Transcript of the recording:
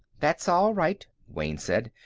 that's all right, wayne said.